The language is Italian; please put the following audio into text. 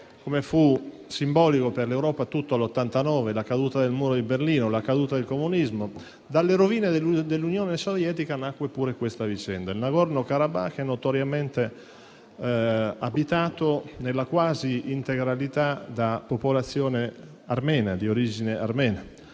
come fu simbolico per tutta Europa il 1989, la caduta del muro di Berlino e la caduta del comunismo. Dalle rovine dell'Unione sovietica nacque pure questa vicenda. Il *Nagorno-Karabakh* è notoriamente abitato nella quasi integrità da popolazione di origine armena,